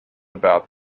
about